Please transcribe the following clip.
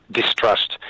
distrust